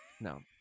No